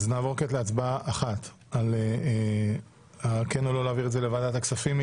אז נעבור כעת להצבעה אחת על כן או לא להעביר את זה לוועדת הכספים.